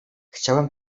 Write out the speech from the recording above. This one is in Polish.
chciałem